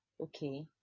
okay